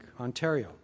Ontario